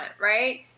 Right